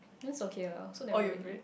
that's okay lah I also never ready